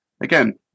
Again